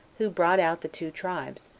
who brought out the two tribes,